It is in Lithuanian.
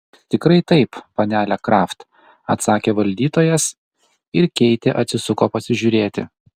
tikrai taip panele kraft atsakė valdytojas ir keitė atsisuko pasižiūrėti